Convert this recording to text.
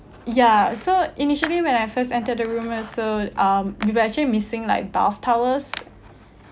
ya so initially when I first entered the room so um we were actually missing like bath towels